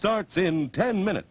starts in ten minutes